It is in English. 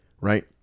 right